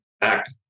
back